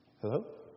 Hello